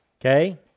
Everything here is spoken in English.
okay